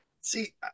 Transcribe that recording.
See